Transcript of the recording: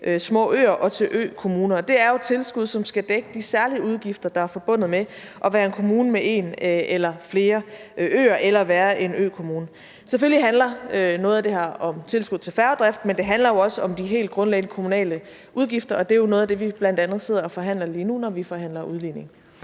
små øer og til økommuner. Det er jo tilskud, der skal dække de særlige udgifter, der er forbundet med at være en kommune med en eller flere øer eller være en økommune. Selvfølgelig handler noget om det her tilskud til færgedriften, men det handler også om de helt grundlæggende kommunale udgifter, og det er jo noget af det, vi bl.a. sidder og forhandler lige nu, når vi forhandler om udligningen.